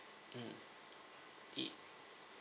mm E